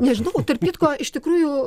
nežinau tarp kitko iš tikrųjų